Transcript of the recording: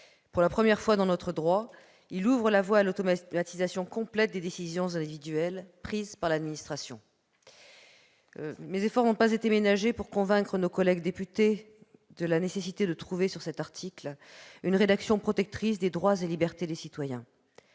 Pour la première fois dans notre droit, il ouvre la voie à l'automatisation complète des décisions individuelles prises par l'administration. Je n'ai pas ménagé mes efforts pour convaincre nos collègues députés de la nécessité de trouver une rédaction de cet article protectrice des droits et libertés des citoyens.